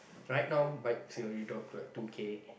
right now bike C_O_E drop to like two K